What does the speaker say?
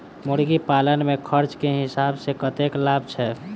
मुर्गी पालन मे खर्च केँ हिसाब सऽ कतेक लाभ छैय?